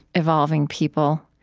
evolving people.